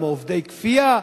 עובדי כפייה,